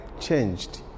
changed